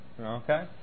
Okay